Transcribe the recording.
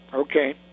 Okay